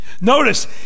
Notice